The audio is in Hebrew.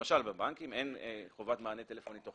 למשל בבנקים אין חובת מענה טלפוני בתוך